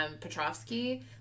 Petrovsky